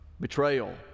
Betrayal